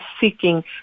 seeking